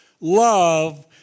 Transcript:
love